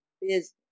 business